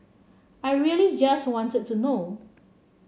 I really just wanted to know